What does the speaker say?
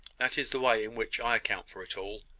that is the way in which i account for it all.